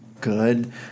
Good